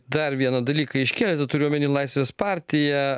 dar vieną dalyką iškėlėte turiu omeny laisvės partija